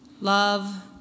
love